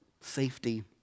safety